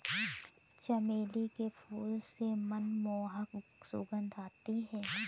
चमेली के फूल से मनमोहक सुगंध आती है